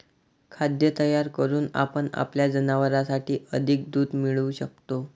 खाद्य तयार करून आपण आपल्या जनावरांसाठी अधिक दूध मिळवू शकतो